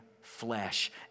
flesh